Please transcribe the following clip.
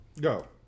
Go